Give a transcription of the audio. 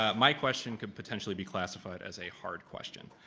um my question could potentially be classified as a hard question.